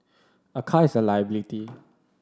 a car is a liability